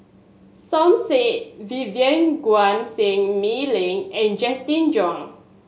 Som Said Vivien Quahe Seah Mei Lin and Justin Zhuang